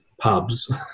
pubs